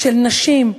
של נשים,